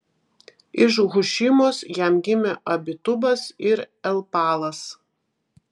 iš hušimos jam gimė abitubas ir elpaalas